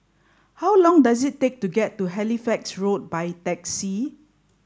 how long does it take to get to Halifax Road by taxi